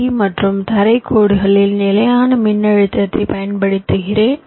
D மற்றும் தரை கோடுகளில் நிலையான மின்னழுத்தத்தைப் பயன்படுத்துகிறேன்